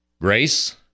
Grace